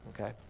Okay